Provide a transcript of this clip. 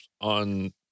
on